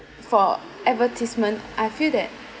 for advertisement I feel that